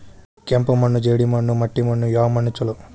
ಕೆಂಪು ಮಣ್ಣು, ಜೇಡಿ ಮಣ್ಣು, ಮಟ್ಟಿ ಮಣ್ಣ ಯಾವ ಮಣ್ಣ ಛಲೋ?